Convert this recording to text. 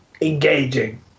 engaging